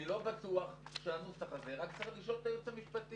אני לא בטוח שהנוסח הזה רק צריך לשאול את הייעוץ המשפטי.